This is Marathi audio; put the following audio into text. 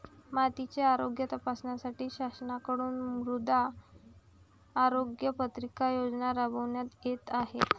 मातीचे आरोग्य तपासण्यासाठी शासनाकडून मृदा आरोग्य पत्रिका योजना राबविण्यात येत आहे